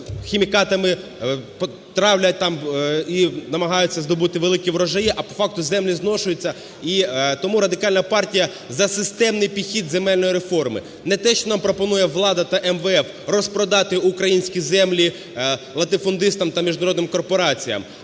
там і намагаються здобути великі врожаї, а по факту землі зношуються. І тому Радикальна партія за системний підхід земельної реформи. Не те, що нам пропонує влада та МВФ – розпродати українські землі латифундистам та міжнародним корпораціям,